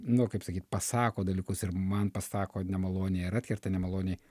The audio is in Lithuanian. nu kaip sakyt pasako dalykus ir man pasako nemaloniai ar atkerta nemaloniai